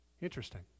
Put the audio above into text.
Interesting